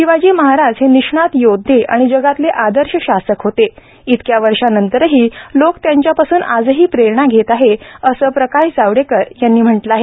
शिवाजी महाराज हे निष्णात योद्धे आणि जगातले आदर्श शासक होते इतक्या वर्षांनंतरही लोक त्यांच्यापासून आजही प्रेरणा घेत आहेत असं प्रकाश जावडेकर यांनी म्हटलं आहे